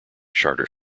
charter